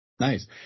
Nice